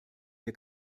der